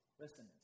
Listen